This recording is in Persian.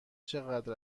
چقدر